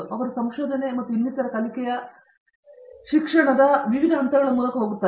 ಅವರು ಸಂಶೋಧನೆ ಮತ್ತು ಇನ್ನಿತರ ಕಲಿಕೆಯ ಶಿಕ್ಷಣದ ವಿವಿಧ ಹಂತಗಳ ಮೂಲಕ ಹೋಗುತ್ತಾರೆ